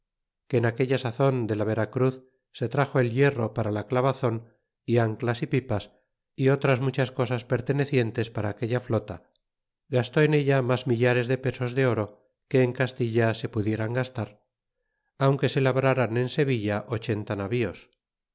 que en aquella sazon de la veracruz se traxo el hierro para la clavazon y anclas y pipas y otras muchas cosas pertenecientes para aquella flota gastó en ella mas millares de pesos de oro que en castilla se pudieran gastar aunque se labraran en sevilla ochenta navíos